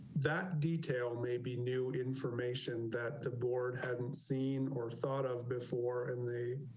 that detail may be new information that the board hadn't seen or thought of before and they